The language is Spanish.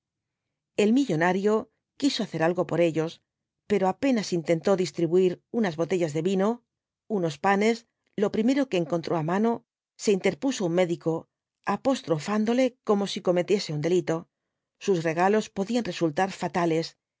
el millonario quiso hacer algo por ellos pero apenas intentó distribuir unas botellas de vino unos panes lo primero que encontró á mano se interpuso un médico apostrofándole como si cometiese un delito sus regalos podían resultar fatales